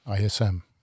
ISM